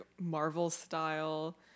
Marvel-style